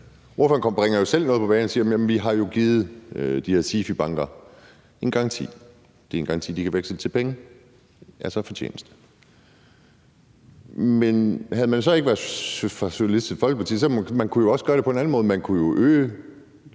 ordføreren bringer selv noget på bane og siger, at vi jo har givet de her SIFI-banker en garanti. Det er en garanti, de kan veksle til penge, altså fortjeneste. Men havde man så ikke været fra Socialistisk Folkeparti, kunne man også gøre det på en anden måde. Man kunne jo øge